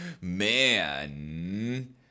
Man